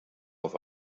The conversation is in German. auf